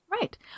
Right